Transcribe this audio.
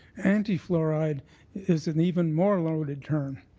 anti-fluoride is an even more loaded term.